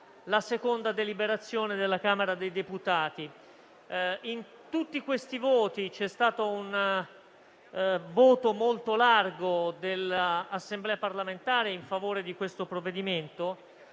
la seconda deliberazione della Camera dei deputati. In tutte queste votazioni c'è stata un'adesione molto ampia dell'Assemblea parlamentare in favore di questo provvedimento